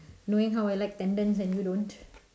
knowing how I like tendons and you don't